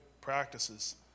practices